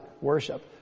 worship